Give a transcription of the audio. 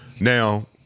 Now